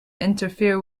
interfere